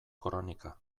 kronika